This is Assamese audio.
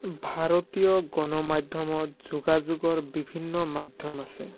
ভাৰতীয় গণ মাধ্যমত যোগাযোগৰ বিভিন্ন মাধ্যম আছে